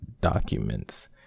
documents